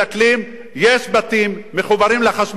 יש בתים מחוברים לחשמל בבית-אורן,